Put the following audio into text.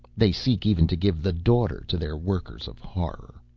they seek even to give the daughter to their workers of horror!